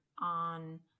on